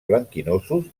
blanquinosos